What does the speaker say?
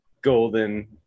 golden